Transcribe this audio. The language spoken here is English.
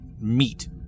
meat